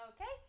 okay